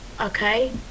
Okay